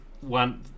one